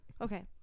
Okay